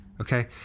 okay